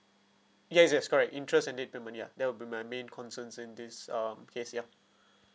yes yes correct interest and late payment ya that will be my main concerns in this um case ya